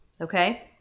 okay